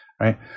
right